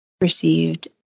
received